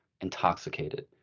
intoxicated